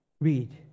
read